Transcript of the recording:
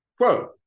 Quote